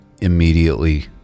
immediately